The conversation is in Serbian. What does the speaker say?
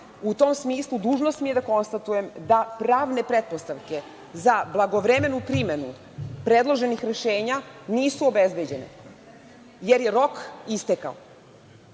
tom smislu dužnost mi je da konstatujem da pravne pretpostavke za blagovremenu primenu predloženih rešenja nisu obezbeđena, jer je rok istekao.